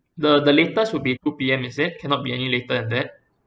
the the latest will be two P_M is it cannot be any later than that